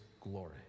glory